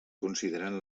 considerant